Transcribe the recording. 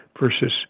versus